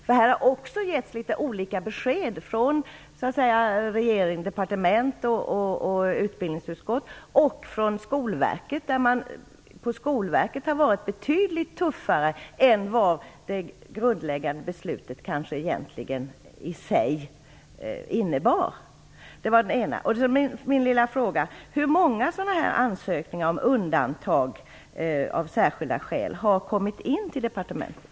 Det har också getts litet olika besked från regering, departement och utbildningsutskott och från Skolverket där man har varit betydligt tuffare än vad det grundläggande beslutet kanske egentligen innebar. Sedan över till min andra fråga: Hur många ansökningar om undantag på grund av särskilda skäl har kommit in till departementet?